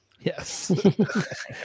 Yes